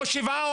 או שבעה,